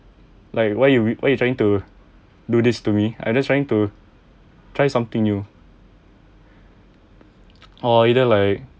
like why you why you trying to do this to me I just trying to try something new or either like